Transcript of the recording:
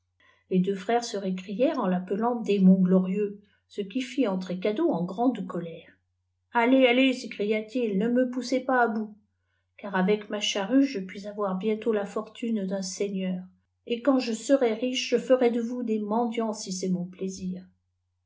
les deux frères se récrièrent en l'appelant démon glorieux ce qui fit entrer kado en grande colère allex allez s'écria-t-il ne me poussez pas k bout car avec ma charrue je puis avoir bientôt la fortune d'un seigneur et quand je serai riche je ferai de vous des mendiant si c'est mon plaisir